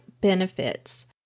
Benefits